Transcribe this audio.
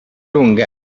lunghe